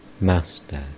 Master